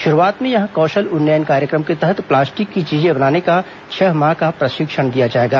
शुरुआत में यहां कौशल उन्नयन कार्यक्रम के तहत प्लास्टिक की चीजें बनाने का छह माह का प्रशिक्षण दिया जाएगा